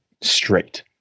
straight